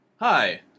Hi